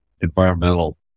environmental